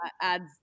adds